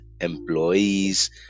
employees